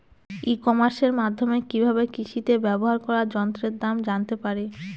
ই কমার্সের মাধ্যমে কি ভাবে কৃষিতে ব্যবহার করা যন্ত্রের দাম জানতে পারি?